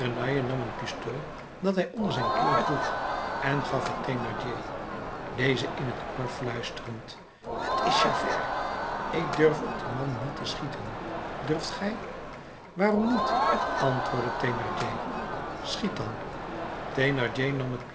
een pistool dat hij onder zijn kiel droeg en gaf het thénardier dezen in t oor fluisterend t is javert ik durf op dien man niet te schieten durft gij waarom niet antwoordde thénardier schiet dan